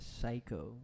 psycho